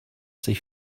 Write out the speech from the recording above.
sich